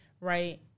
Right